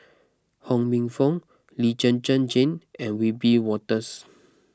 Ho Minfong Lee Zhen Zhen Jane and Wiebe Wolters